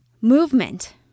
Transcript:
Movement